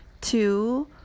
two